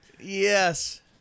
yes